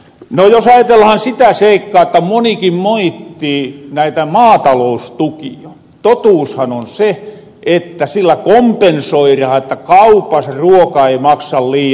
no jos ajatellahan sitä seikkaa jotta monikin moittii näitä maataloustukia totuushan on se että sillä kompensoirahan että kaupas ruoka ei maksa liian palijo